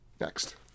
Next